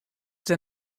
der